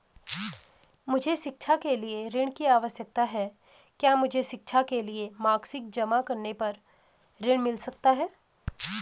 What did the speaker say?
मुझे शिक्षा के लिए ऋण की आवश्यकता है क्या मुझे शिक्षा के लिए मार्कशीट जमा करने पर ऋण मिल सकता है?